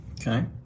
okay